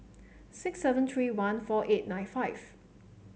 six seven three one four eight nine five